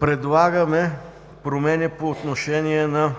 Предлагаме промени по отношение на